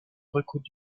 reconnu